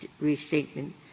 restatement